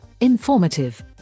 informative